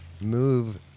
move